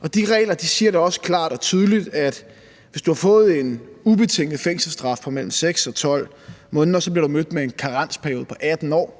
og de regler siger da også klart og tydeligt, at hvis du har fået en ubetinget fængselsstraf på mellem 6 og 12 måneder, bliver du mødt med en karensperiode på 18 år